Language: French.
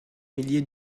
milliers